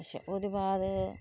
अच्छा ओहदे बाद